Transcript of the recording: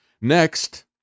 Next